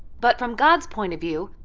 but from god's point of view,